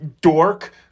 dork